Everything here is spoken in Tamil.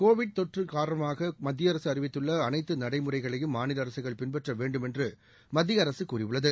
கோவிட் தொற்று தொடர்பாக மத்திய அரசு அறிவித்துள்ள அனைத்து நடைமுறைகளையும் மாநில அரசுகள்பின்பற்ற வேண்டுமென்று மத்திய அரசு கூறியுள்ளது